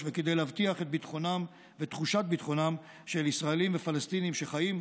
כדי להבטיח את ביטחונם ואת תחושת ביטחונם של ישראלים ופלסטינים שחיים,